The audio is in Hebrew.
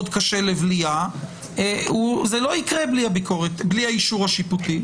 קשה לבליעה - זה לא יקרה בלי האישור השיפוטי.